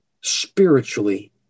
spiritually